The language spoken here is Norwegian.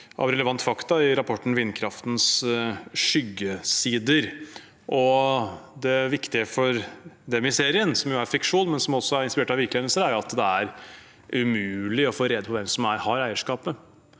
del relevante fakta i rapporten Vindkraftens skyggesider. Det viktige for dem i serien – som jo er fiksjon, men som også er inspirert av virkelige hendelser – er at det er umulig å få rede på hvem som har eierskapet.